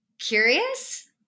Curious